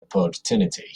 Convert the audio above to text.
opportunity